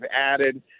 added